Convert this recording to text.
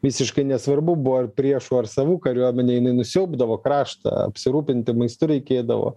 visiškai nesvarbu buvo ar priešų ar savų kariuomenė jinai nusiaubdavo kraštą apsirūpinti maistu reikėdavo